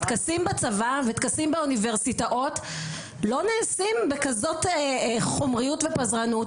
טקסים בצבא וטקסים באוניברסיטאות לא נעשים בכזאת חומריות ופזרנות,